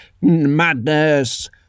Madness